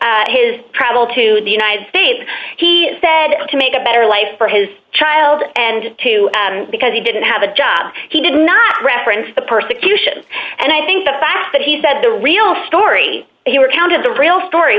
his travel to the united states he said to make a better life for his child and two because he didn't have a job he did not reference the persecution and i think the fact that he said the real story he recounted the real story